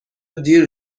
دیر